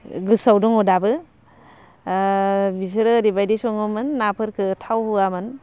गोसोआव दङ दाबो बिसोर ओरैबायदि सङोमोन नाफोरखौ थाव होआमोन